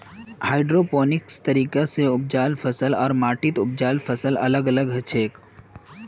hydroponics तरीका स उपजाल फसल आर माटीत उपजाल फसल अलग अलग हछेक